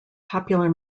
popular